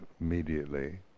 immediately